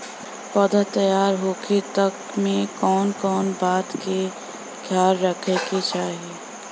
पौधा तैयार होखे तक मे कउन कउन बात के ख्याल रखे के चाही?